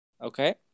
Okay